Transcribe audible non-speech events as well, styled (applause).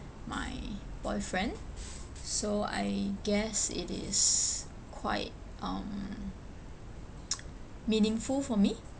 my boyfriend so I guess it is quite um (noise) meaningful for me